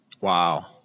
Wow